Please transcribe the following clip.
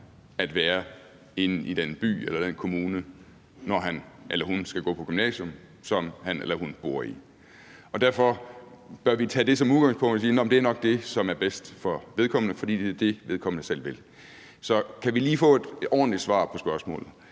at være inde i den by eller den kommune, når han eller hun skal gå på gymnasiet, som han eller hun bor i. Derfor bør vi tage det som udgangspunkt og sige: Det er nok det, som er bedst for vedkommende, for det er det, vedkommende selv vil. Så kan vi lige få et ordentligt svar på spørgsmålet: